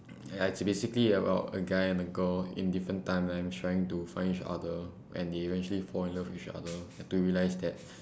ya it's basically about a guy and a girl in different timelines trying to find each other and they eventually fall in love with each other until you realise that